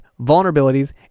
vulnerabilities